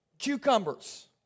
Cucumbers